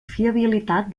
fiabilitat